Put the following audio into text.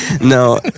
No